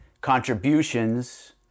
contributions